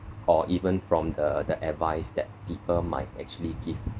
or even from the the advice that people might actually give